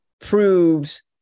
proves